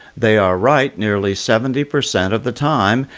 they are right nearly seventy percent of the time,